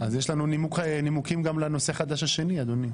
אז יש לנו נימוקים גם לנושא חדש השני, אדוני.